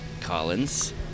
Collins